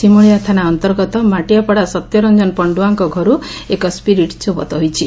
ସିମୁଳିଆ ଥାନା ଅନ୍ତର୍ଗତ ମାଟିଆପଡ଼ା ସତ୍ୟରଞ୍ଞନ ପଣ୍ଣୁଆ ଘରୁ ଏକ ସ୍ବିରିଟ୍ ଜବତ ହୋଇଛି